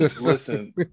Listen